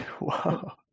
Wow